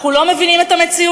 אנחנו לא מבינים את המציאות?